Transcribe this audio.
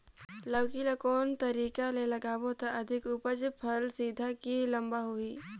लौकी ल कौन तरीका ले लगाबो त अधिक उपज फल सीधा की लम्बा होही?